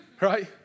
Right